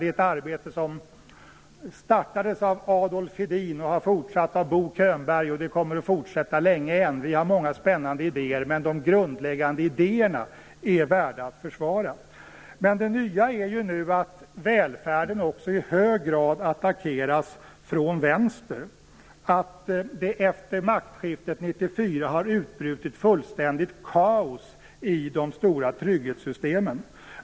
Det är ett arbete som startades av Adolf Hedin och har fortsatts av Bo Könberg, och det kommer att fortsätta länge än. Vi har många spännande idéer, men de grundläggande principerna är värda att försvara. Det nya är att välfärden nu också i hög grad attackeras från vänster. Efter maktskiftet 1994 har det utbrutit fullständigt kaos i de stora trygghetssystemen.